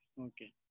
Okay